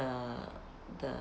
the the